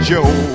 Joe